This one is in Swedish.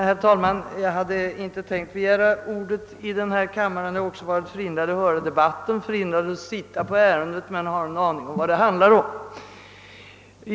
Herr talman! Jag hade inte tänkt begära ordet i denna fråga. Jag har också varit förhindrad att höra debatten och förhindrad att delta i utskottets behandlihg av ärendet, men jag har en aning om vad det handlar om.